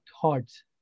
thoughts